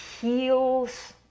heals